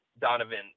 Donovan